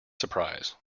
surprise